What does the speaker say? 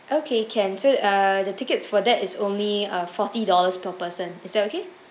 okay can so uh the tickets for that is only uh forty dollars per person is that okay